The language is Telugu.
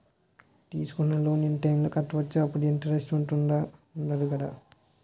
తీసుకున్న లోన్ ఇన్ టైం లో కట్టవచ్చ? అప్పుడు ఇంటరెస్ట్ వుందదు కదా?